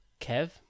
Kev